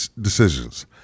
decisions